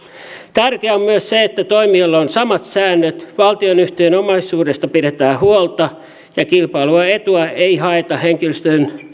tärkeää on myös se että toimijoilla on samat säännöt valtionyhtiön omaisuudesta pidetään huolta ja kilpailuetua ei haeta henkilöstön